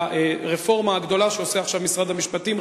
לרפורמה הגדולה שעושה עכשיו משרד המשפטים,